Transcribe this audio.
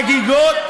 חגיגות,